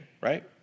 right